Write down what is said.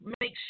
make